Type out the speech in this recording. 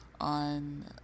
on